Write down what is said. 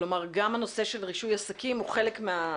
כלומר גם הנושא של רישוי עסקים הוא חלק מה-,